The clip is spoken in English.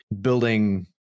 building